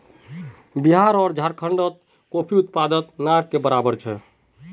बिहार आर झारखंडत कॉफीर उत्पादन ना के बराबर छेक